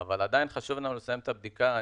אבל עדיין חשוב לנו לסיים את הבדיקה.